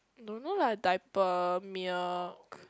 don't know lah diaper milk